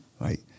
right